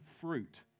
fruit